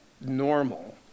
normal